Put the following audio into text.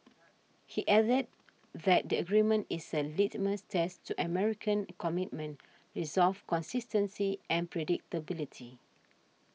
he added that the agreement is a litmus test to American commitment resolve consistency and predictability